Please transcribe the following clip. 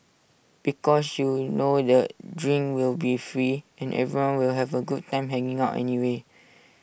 because you know that drinks will be free and everyone will have A good time hanging out anyway